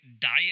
Diet